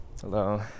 Hello